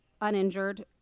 uninjured